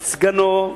את סגנו,